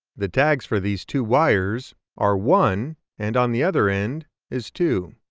the tags for these two wires are one and on the other end is two.